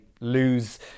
lose